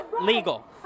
legal